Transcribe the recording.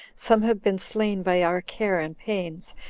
some have been slain by our care and pains,